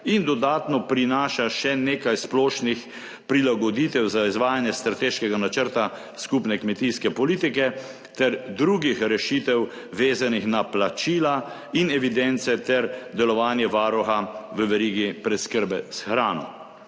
in dodatno prinaša še nekaj splošnih prilagoditev za izvajanje strateškega načrta skupne kmetijske politike ter drugih rešitev, vezanih na plačila in evidence ter delovanje varuha v verigi preskrbe s hrano.